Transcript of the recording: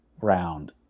round